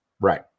Right